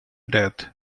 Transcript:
death